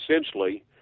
essentially